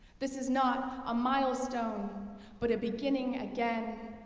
this is not a milestone but a beginning again.